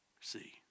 See